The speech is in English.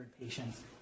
patients